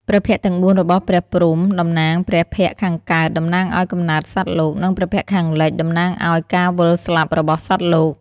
ព្រះភ័ក្ត្រទាំង៤ របស់ព្រះព្រហ្មតំណាង ព្រះភ័ក្ត្រខាងកើត តំណាងឱ្យកំណើតសត្វលោក និង ព្រះភ័ក្ត្រខាងលិច តំណាងឱ្យការវិលស្លាប់របស់សត្វលោក។។